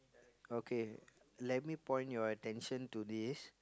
okay lemme point your attention to this